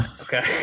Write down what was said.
Okay